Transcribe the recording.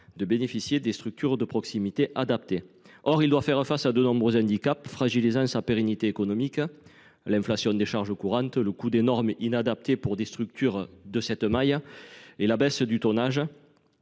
de bénéficier d’une structure de proximité adaptée. Or l’abattoir de Quillan doit faire face à de nombreux handicaps qui fragilisent sa pérennité économique, comme l’inflation des charges courantes, le coût de normes qui sont inadaptées pour des structures de cette taille, la baisse du tonnage